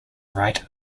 write